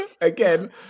Again